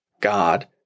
God